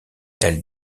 elle